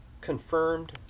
confirmed